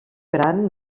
gran